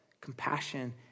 compassion